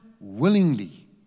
willingly